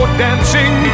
dancing